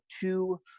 two